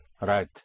Right